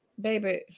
Baby